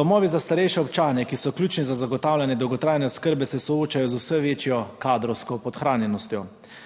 Domovi za starejše občane, ki so ključni za zagotavljanje dolgotrajne oskrbe, se soočajo z vse večjo kadrovsko podhranjenostjo.